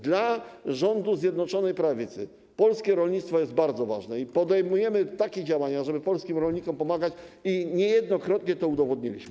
Dla rządu Zjednoczonej Prawicy polskie rolnictwo jest bardzo ważne i podejmujemy takie działania, żeby polskim rolnikom pomagać i niejednokrotnie to udowodniliśmy.